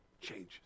changes